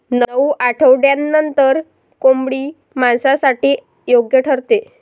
नऊ आठवड्यांनंतर कोंबडी मांसासाठी योग्य ठरते